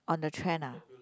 on the trend ah